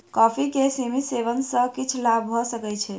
coffee के सीमित सेवन सॅ किछ लाभ भ सकै छै